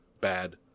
bad